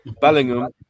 Bellingham